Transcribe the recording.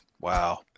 Wow